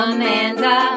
Amanda